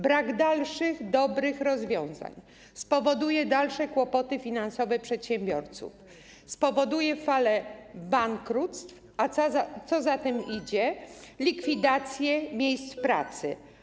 Brak dalszych, dobrych rozwiązań spowoduje dalsze kłopoty finansowe przedsiębiorców, spowoduje falę bankructw, a co za tym idzie, likwidację miejsc pracy.